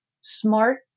smart